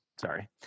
sorry